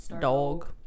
Dog